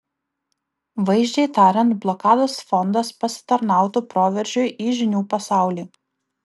vaizdžiai tariant blokados fondas pasitarnautų proveržiui į žinių pasaulį